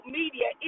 media